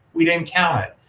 we didn't count it,